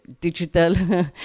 digital